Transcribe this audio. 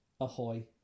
Ahoy